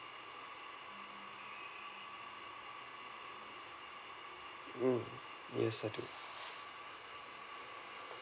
mm yes I do